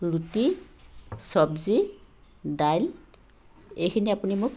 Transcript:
ৰুটি চব্জি দাইল এইখিনি আপুনি মোক